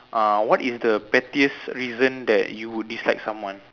uh what is the pettiest reason that you would dislike someone